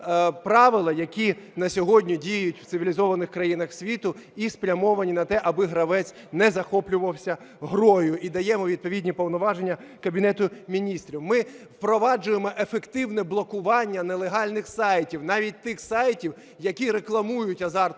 правила, які на сьогодні діють в цивілізованих країнах світу і спрямовані на те, аби гравець не захоплювався грою, і даємо відповідні повноваження Кабінету Міністрів. Ми впроваджуємо ефективне блокування нелегальних сайтів, навіть тих сайтів, які рекламують азартну